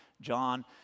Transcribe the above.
John